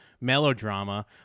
melodrama